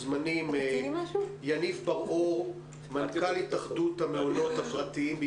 --- אני מנכ"ל התאחדות מעונות היום הפרטיים.